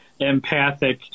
empathic